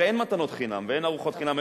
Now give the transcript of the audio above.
הרי אין מתנות חינם ואין ארוחות חינם,